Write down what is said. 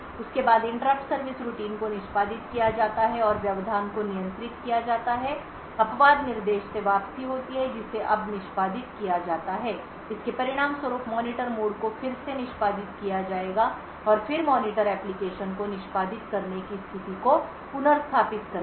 उसके बाद interrupt service routine को निष्पादित किया जाता है और व्यवधान को नियंत्रित किया जाता है अपवाद निर्देश से वापसी होती है जिसे अब निष्पादित किया जाता है इसके परिणामस्वरूप मॉनिटर मोड को फिर से निष्पादित किया जाएगा और फिर मॉनिटर एप्लिकेशन को निष्पादित करने की स्थिति को पुनर्स्थापित करेगा